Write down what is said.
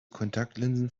kontaktlinsen